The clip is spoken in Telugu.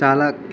చాలా